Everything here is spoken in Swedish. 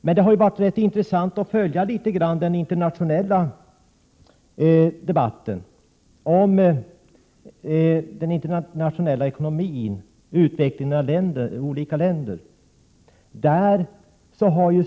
Men det har varit intressant att följa den internationella 61 debatten om utvecklingen av olika länders ekonomi.